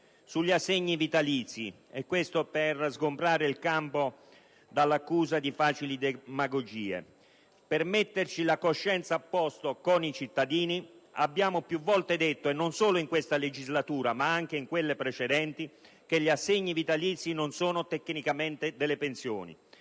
Sugli assegni vitalizi, per sgombrare il campo dall'accusa di facili demagogie, per metterci la coscienza a posto con i cittadini, abbiamo più volte detto - e non solo in questa legislatura, ma anche in quelle precedenti - che gli assegni vitalizi non sono tecnicamente delle pensioni.